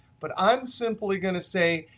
but i'm simply going to say,